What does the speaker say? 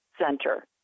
center